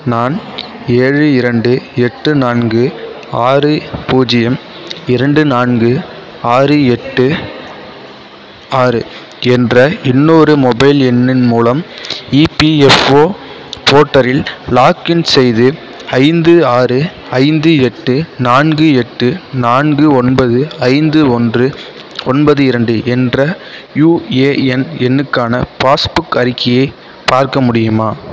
நான் ஏழு இரண்டு எட்டு நான்கு ஆறு பூஜ்ஜியம் இரண்டு நான்கு ஆறு எட்டு ஆறு என்ற இன்னொரு மொபைல் எண்ணின் மூலம் இபிஎஃப்ஓ போர்ட்டலில் லாக்இன் செய்து ஐந்து ஆறு ஐந்து எட்டு நான்கு எட்டு நான்கு ஒன்பது ஐந்து ஒன்று ஒன்பது இரண்டு என்ற யுஏஎன் எண்ணுக்கான பாஸ்புக் அறிக்கையை பார்க்க முடியுமா